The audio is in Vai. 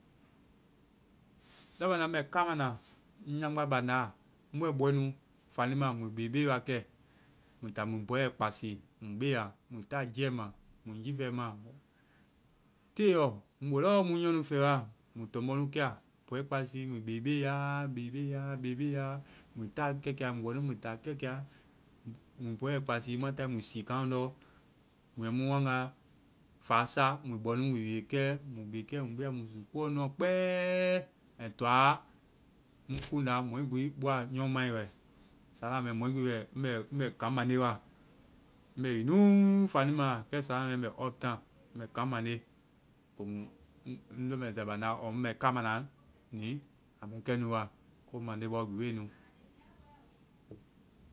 Taai mu bánda mɛ kama na, ŋ nyaŋbga bandáa, ŋ bɛ ŋ bɔɛnu. Fanima. Mui bebe wakɛ mui ta mui bɔyɛ kpasii. Mui beya, mui taa jiiɛ ma, mui jifɛ ma. Teyɔ, mu bɛ lɔ mu nyɔnu fɛɛ wa. Mui tɔmbɔ nu kɛa. Bɔe kpasii. Mui bebeya. Bebeya, bebeya, bebeya. Mui takɛkia. Mui bɔ nu mui táa kɛkia. Mui bɔyɛ kpasii. Mua tae mui sii kaŋ lɔŋdɔ. Mui mu wanga fáasa. Mua bɔe nu mui be kɛ. Mui beya musukonuɔ kpɛɛ ai toaɔ mu kumda. Mɔɛ gbi bɔa nyɔmai wɛ. Sáana mɛ mɔ gbi bɛ ŋ bɛ, ŋ bɛ kaŋ mande wa. Ŋ bɛ wi nuu fanima wa. Kɛ sáana mɛ, ŋ bɛ uptown. Mɛ kaŋ mande. Komu ŋ-ŋ leŋmɛsɛ bandáa ɔɔ mbɛ kaama na ni, a mu kɛ nu wa. Komannde bɔ gbi be nu.